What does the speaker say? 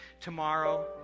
tomorrow